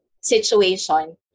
situation